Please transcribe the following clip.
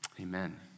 amen